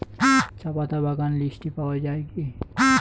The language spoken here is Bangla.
চাপাতা বাগান লিস্টে পাওয়া যায় কি?